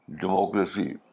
democracy